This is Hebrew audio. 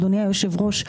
אדוני יושב הראש,